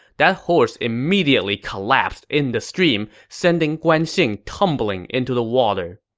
that horse immediately collapsed in the stream, sending guan xing tumbling into the water.